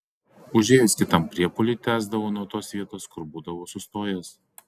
užėjus kitam priepuoliui tęsdavau nuo tos vietos kur būdavau sustojęs